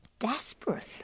desperate